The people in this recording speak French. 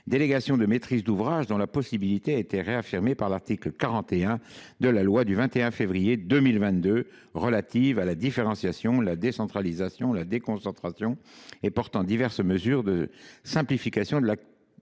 délégation de maîtrise d’ouvrage a été réaffirmée par l’article 41 de la loi du 21 février 2022 relative à la différenciation, la décentralisation, la déconcentration et portant diverses mesures de simplification de